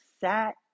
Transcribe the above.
sat